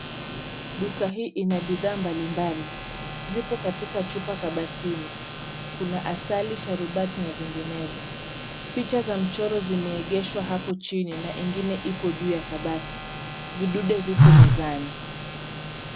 Duka hii ina bidhaa mbalimbali. Zipo katika chupa kabatini. Kuna asali, sharubati na vinginevyo. Picha za mchoro zimeegeshwa hapo chini na ingine ipo juu ya kabati. Vidude vipo mezani.